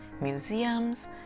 museums